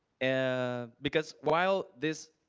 and because while this